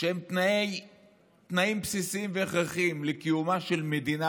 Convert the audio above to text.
שהם תנאים בסיסיים והכרחיים לקיומה של מדינה,